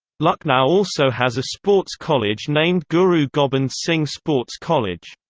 lucknow also has a sports college named guru gobind singh sports college.